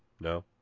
no